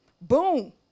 boom